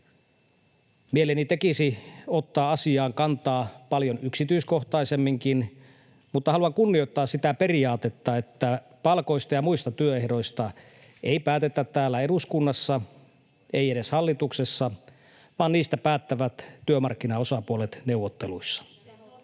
Mieleni tekisi ottaa asiaan kantaa paljon yksityiskohtaisemminkin, mutta haluan kunnioittaa sitä periaatetta, että palkoista ja muista työehdoista ei päätetä täällä eduskunnassa, ei edes hallituksessa, vaan niistä päättävät työmarkkinaosapuolet neuvotteluissa.